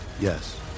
Yes